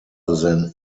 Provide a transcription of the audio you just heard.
than